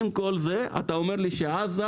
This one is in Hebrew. עם כל זה אתה אומר לי שבעזה,